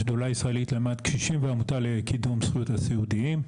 השדולה הישראלית למען קשישים והעמותה לקידום זכויות הסיעודיים.